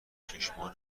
چشمان